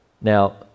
Now